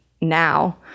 now